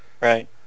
Right